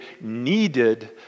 needed